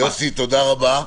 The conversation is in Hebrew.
יוסי, תודה רבה.